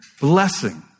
blessing